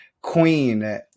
queen